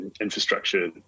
infrastructure